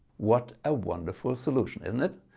what a wonderful solution isn't it.